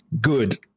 good